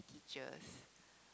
teachers